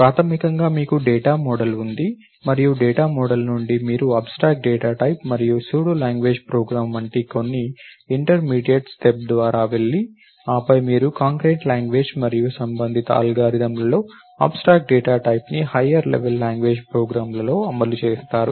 ప్రాథమికంగా మీకు data model ఉంది మరియు డేటా మోడల్ నుండి మీరు అబ్స్ట్రాక్ట్ డేటా టైప్ మరియు సూడో లాంగ్వేజ్ ప్రోగ్రామ్ వంటి కొన్ని ఇంటర్మీడియట్ స్టెప్ ద్వారా వెళ్లి ఆపై మీరు కాంక్రీట్ లాంగ్వేజ్ మరియు సంబంధిత అల్గారిథమ్లలో అబ్స్ట్రాక్ట్ డేటా టైప్ ని హయ్యర్ లెవెల్ లాంగ్వేజ్ ప్రోగ్రామ్ లలో అమలు చేస్తారు